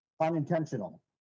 unintentional